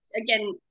Again